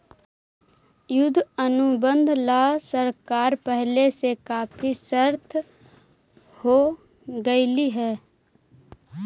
युद्ध अनुबंध ला सरकार पहले से काफी सतर्क हो गेलई हे